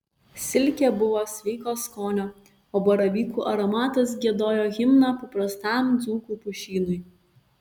silkė buvo sveiko skonio o baravykų aromatas giedojo himną paprastam dzūkų pušynui